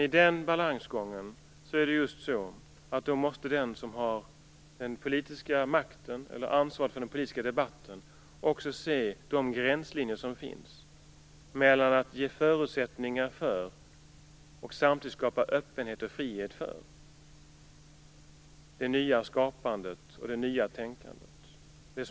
I den balansgången måste just den som har den politiska makten, eller ansvaret för den politiska debatten, också se de gränslinjer som finns när det gäller att ge förutsättningar för och samtidigt skapa öppenhet och frihet för det nya skapandet och tänkandet.